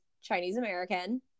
Chinese-American